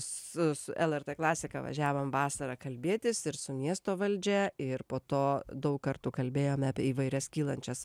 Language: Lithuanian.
su lrt klasika važiavome vasarą kalbėtis ir su miesto valdžia ir po to daug kartų kalbėjome apie įvairias kylančias